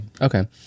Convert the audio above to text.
okay